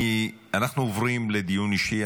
אנחנו עוברים לדיון אישי.